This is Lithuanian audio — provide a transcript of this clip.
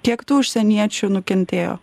kiek tų užsieniečių nukentėjo